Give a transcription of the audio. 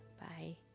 bye